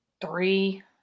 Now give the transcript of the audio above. three